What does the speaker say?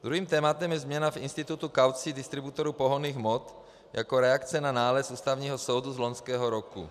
Druhým tématem je změna v institutu kaucí distributorů pohonných hmot jako reakce na nález Ústavního soudu z loňského roku.